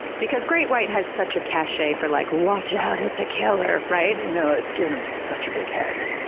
because great white has such a cachet for like watch out. it's a killer. right? you know it's given them such a big head.